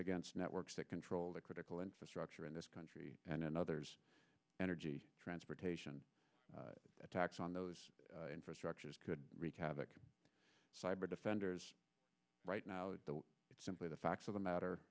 against networks that control the critical infrastructure in this country and others energy transportation attacks on those infrastructures could wreak havoc cyber defenders right now simply the facts of the matter